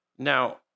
Now